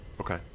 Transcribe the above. Okay